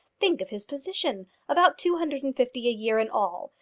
think of his position about two hundred and fifty a year in all!